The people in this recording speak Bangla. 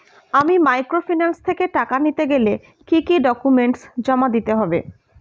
আমি মাইক্রোফিন্যান্স থেকে টাকা নিতে গেলে কি কি ডকুমেন্টস জমা দিতে হবে?